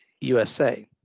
USA